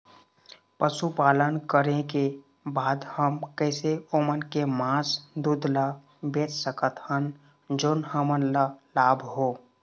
पशुपालन करें के बाद हम कैसे ओमन के मास, दूध ला बेच सकत हन जोन हमन ला लाभ हो?